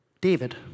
David